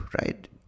Right